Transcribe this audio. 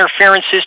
interferences